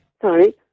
Sorry